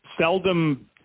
seldom